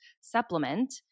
supplement